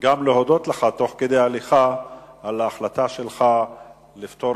להודות לך תוך כדי הליכה על ההחלטה שלך לפתור